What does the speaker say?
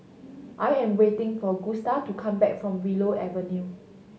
I am waiting for Gusta to come back from Willow Avenue